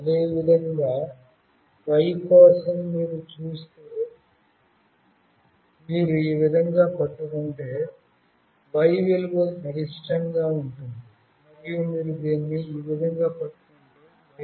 అదేవిధంగా Y కోసం మీరు చూస్తే మీరు ఈ విధంగా పట్టుకుంటే Y విలువ గరిష్టంగా ఉంటుంది మరియు మీరు దీన్ని ఈ విధంగా పట్టుకుంటే Y విలువ కనిష్టంగా ఉంటుంది